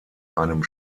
einem